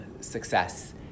success